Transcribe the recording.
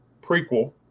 prequel